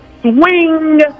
Swing